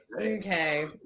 Okay